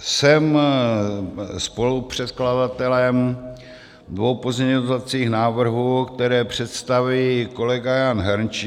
Jsem spolupředkladatelem dvou pozměňovacích návrhů, které představí kolega Jan Hrnčíř.